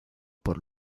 por